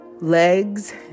legs